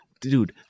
dude